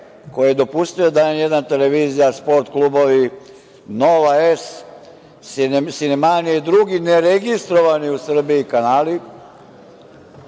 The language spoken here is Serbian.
koji je dopustio da N1 televizija, Sport klubovi, Nova S, Sinemanija i drugi ne registrovani, u Srbiji, kanali